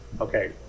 Okay